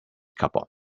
cupboard